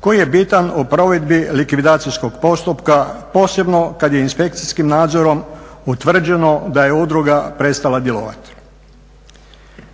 koji je bitan u provedbi likvidacijskog postupka posebno kada je inspekcijskim nadzorom utvrđeno da je udruga prestala djelovati.